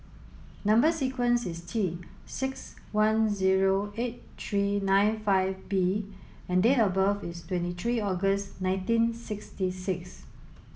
number sequence is T six one zero eight three nine five B and date of birth is twenty three August nineteen sixty six